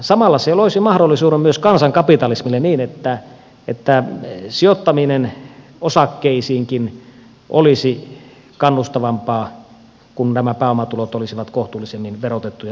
samalla se loisi mahdollisuuden myös kansankapitalismille niin että sijoittaminen osakkeisiinkin olisi kannustavampaa kun nämä pääomatulot olisivat kohtuullisemmin verotettuja silloin kun niitä on vähän